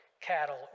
cattle